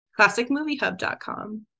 classicmoviehub.com